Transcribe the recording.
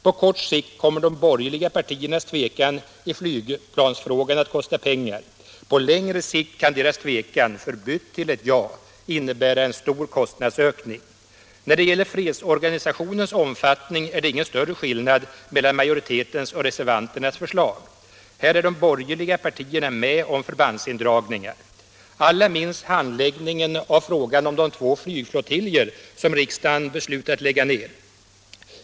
På kort sikt kommer de borgerliga partiernas tvekan i flygplansfrågan att kosta pengar. På längre sikt kan deras tvekan, förbytt till ett ja, innebära en stor kostnadsökning. När det gäller fredsorganisationens omfattning är det ingen större skillnad mellan majoritetens och reservanternas förslag. Här är de borgerliga partierna med om förbandsindragningar. Alla minns handläggningen av frågan om de två flygflottiljer som riksdagen beslutat lägga ner.